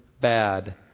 bad